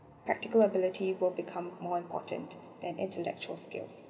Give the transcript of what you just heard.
practical ability will become more important than intellectual skills